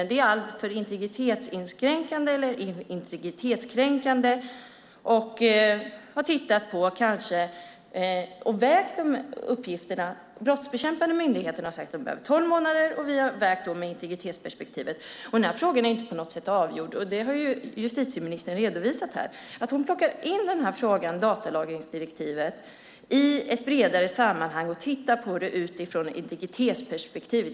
Det är alltför integritetsinskränkande eller integritetskränkande. Vi har vägt detta mot varandra. De brottsbekämpande myndigheterna har sagt att de behöver tolv månader. Vi har vägt in integritetsperspektivet. Frågan är inte på något sätt avgjord, vilket justitieministern har redovisat här. Hon plockar in frågan om datalagringsdirektivet i ett bredare sammanhang och tittar på det utifrån integritetsperspektivet.